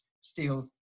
steals